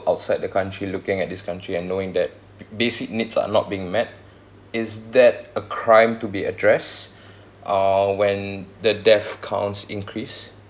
outside the country looking at this country and knowing that basic needs are not being met is that a crime to be address uh when the death counts increase